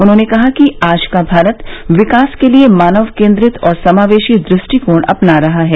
उन्होंने कहा कि आज का भारत विकास के लिए मानव केंद्रित और समावेशी दृष्टिकोण अपना रहा है